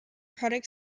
product